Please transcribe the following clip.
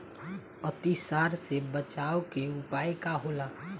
अतिसार से बचाव के उपाय का होला?